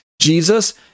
Jesus